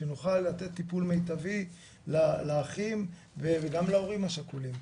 כדי שנוכל לתת טיפול מיטבי לאחים וגם להורים השכולים.